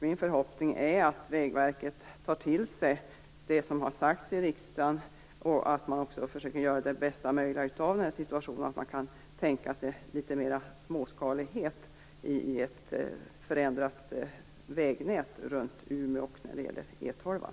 Min förhoppning är att Vägverket tar till sig det som har sagts i riksdagen, att man försöker göra det bästa möjliga av den här situationen och att man kan tänka sig litet mera småskalighet i ett förändrat vägnät runt Umeå och när det gäller E 12:an.